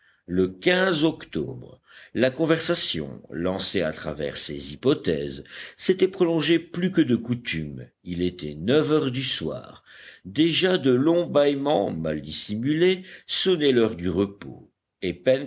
le octobre la conversation lancée à travers ces hypothèses s'était prolongée plus que de coutume il était neuf heures du soir déjà de longs bâillements mal dissimulés sonnaient l'heure du repos et